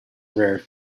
rare